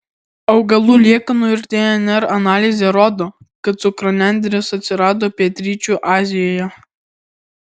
augalų liekanų ir dnr analizė rodo kad cukranendrės atsirado pietryčių azijoje